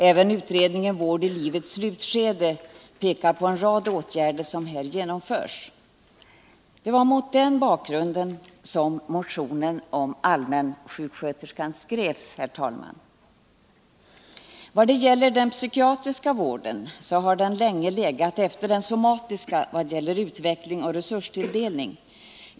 Även utredningen om sjukvård i livets slutskede pekar på en rad åtgärder som här genomförs. Det var mot denna bakgrund som motionen om allmänsjuksköterskan skrevs, herr talman. Den psykiatriska vården har länge legat efter den somatiska när det gäller utveckling och resurstilldelning.